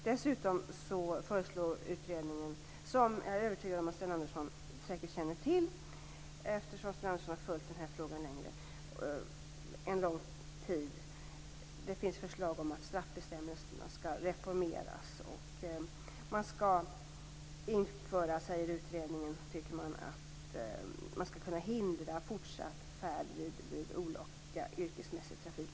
Dessutom föreslår utredningen, vilket jag är övertygad om att Sten Andersson känner till, att straffbestämmelserna skall reformeras. Man skall införa, säger utredningen, att man skall kunna hindra fortsatt färd vid olaga yrkesmässig trafik.